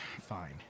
fine